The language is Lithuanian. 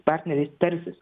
partneriais tarsis